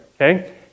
okay